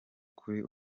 kuri